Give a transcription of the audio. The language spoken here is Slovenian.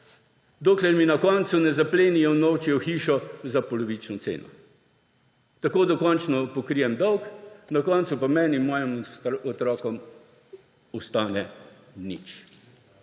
dokler mi na koncu ne zaplenijo in unovčijo hišo za polovično ceno. Tako dokončno pokrijem dolg, na koncu pa meni in mojim otrokom ostane nič.